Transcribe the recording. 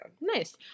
Nice